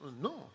No